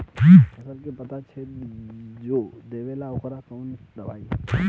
फसल के पत्ता छेद जो देवेला ओकर कवन दवाई ह?